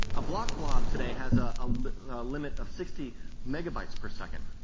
a block blob today has ah a limit of sixty megabytes per second.